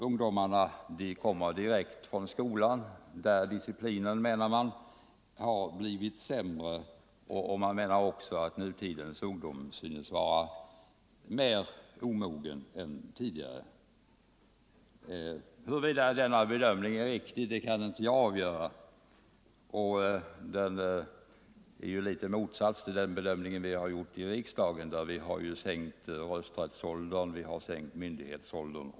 Ungdomarna kommer direkt från skolan, där disciplinen har blivit sämre, och nutidens ungdom synes vara mer omogen än ungdomen tidigare har varit, menar man. Huruvida denna bedömning är riktig kan jag inte avgöra, men den står litet i motsatsförhållande till den bedömning vi har gjort i riksdagen när vi bl.a. har sänkt rösträttsåldern och myndighetsåldern.